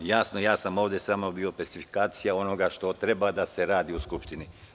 Jasno, ja sam ovde samo bio personifikacija onoga što treba da se radi u Skupštini.